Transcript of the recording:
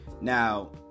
Now